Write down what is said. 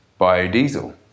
biodiesel